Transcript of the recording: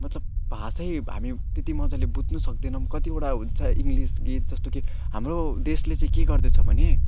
मतलब भाषै हामी त्यत्ति मजाले बुझ्न सक्दैनौँ कतिवटा हुन्छ इङ्ग्लिस गीत जस्तो कि हाम्रो देशले चाहिँ के गर्दैछ भने